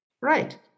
Right